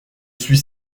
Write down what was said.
suis